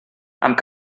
amb